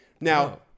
Now